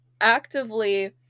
actively